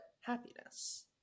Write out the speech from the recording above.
happiness